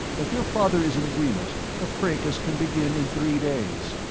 if your father is in agreement, the fracas can begin in three days.